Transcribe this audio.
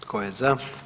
Tko je za?